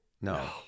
No